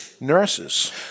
nurses